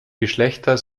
geschlechter